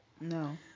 No